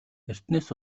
эртнээс